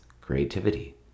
creativity